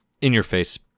in-your-face